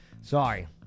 Sorry